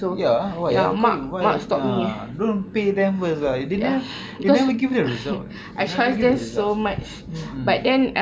ya why ah how come you why ha don't pay them first ah you didn't you never give the result you never give the result mm